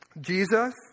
Jesus